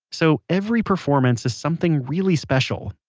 so, every performance is something really special.